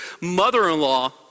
mother-in-law